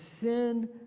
sin